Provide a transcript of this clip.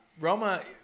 Roma